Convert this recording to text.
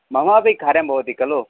मम अपि कार्यं भवति खलु